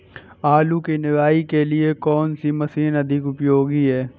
आलू की निराई के लिए कौन सी मशीन अधिक उपयोगी है?